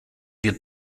wir